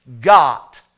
got